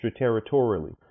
extraterritorially